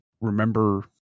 remember